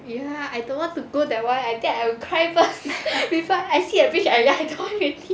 ya I don't want to go that [one] I think I will cry first before I see the bridge then I cry already